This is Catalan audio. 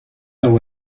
nou